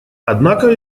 однако